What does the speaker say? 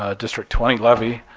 ah district twenty levy,